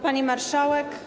Pani Marszałek!